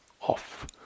off